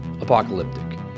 apocalyptic